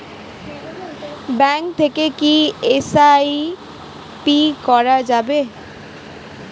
Bank থেকে কী SIP করা যাবে?